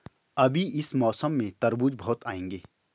अभी इस मौसम में तरबूज बहुत आएंगे